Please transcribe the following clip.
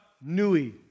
Nui